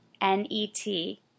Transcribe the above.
N-E-T